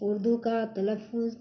اردو کا تلفظ